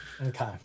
Okay